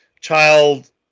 child